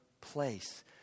place